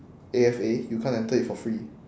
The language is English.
A_F_A you can't enter it for free